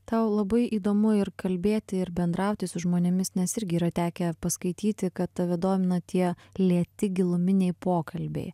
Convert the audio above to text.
tau labai įdomu ir kalbėti ir bendrauti su žmonėmis nes irgi yra tekę paskaityti kad tave domina tie lėti giluminiai pokalbiai